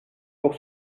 pour